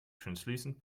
translucent